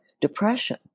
depression